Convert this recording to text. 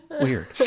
weird